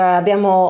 abbiamo